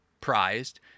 prized